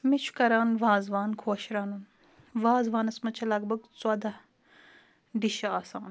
مےٚ چھُ کَران وازوان خۄش رَنُن وازوانَس منٛز چھےٚ لگ بگ ژۄداہ ڈِشہِ آسان